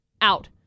Out